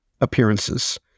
appearances